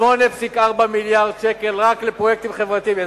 8.4 מיליארדי שקל רק לפרויקטים חברתיים.